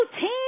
team